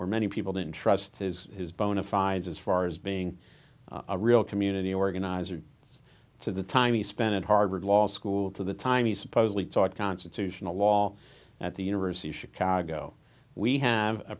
where many people didn't trust his his bona fides as far as being a real community organizer to the time he spent at harvard law school to the time he supposedly taught constitutional law at the university of chicago we have a